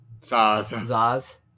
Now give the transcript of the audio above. Zaz